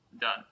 Done